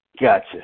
Gotcha